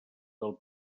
del